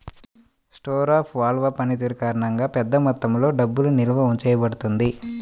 store of value పనితీరు కారణంగా, పెద్ద మొత్తంలో డబ్బు నిల్వ చేయబడుతుంది